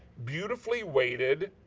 beautifully weighted,